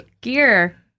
gear